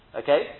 okay